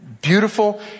beautiful